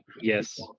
Yes